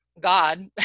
God